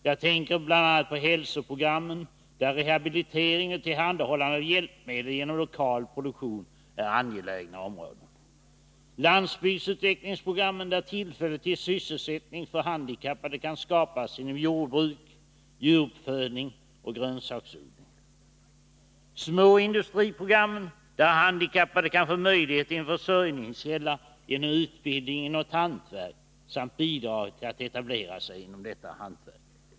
Jag tänker bl.a. på hälsoprogrammen, där rehabilitering och tillhandahållande av hjälpmedel genom lokal produktion är angelägna områden, landsbygdsutvecklingsprogrammen, där tillfälle till sysselsättning för handikappade kan skapas inom jordbruk, djuruppfödning och grönsaksodling, småindustriprogrammen, där handikappade kan få möjlighet till en försörjningskälla genom utbildning i något hantverk samt bidrag till att etablera sig inom detta hantverk.